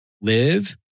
live